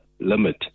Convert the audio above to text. limit